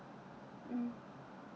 mm